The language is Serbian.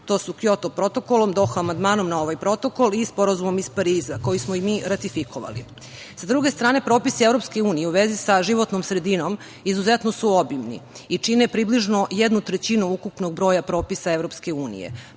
To su Kjoto protokol, Doha amandmanom na ovaj protokol i Sporazumom iz Pariza, koji smo i mi ratifikovali. Sa druge strane, propisi Evropske unije u vezi sa životnom sredinom izuzetno su obimni i čine približno jednu trećinu ukupnog broja propisa